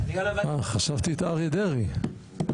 חשבתי את אריה דרעי.